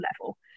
level